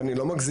ואני לא מגזים,